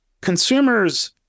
consumers